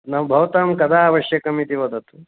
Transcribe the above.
न भवतां कदा आवश्यकम् इति वदतु